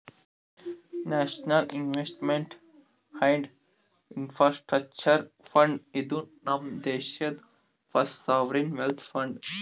national Investment and Infrastructure Fund, ಇದು ನಮ್ ದೇಶಾದು ಫಸ್ಟ್ ಸಾವರಿನ್ ವೆಲ್ತ್ ಫಂಡ್